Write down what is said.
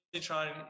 try